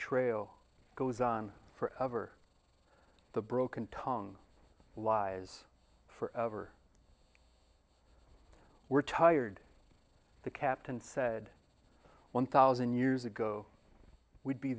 trail goes on forever the broken tongue lies forever we're tired the captain said one thousand years ago we'd be